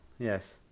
Yes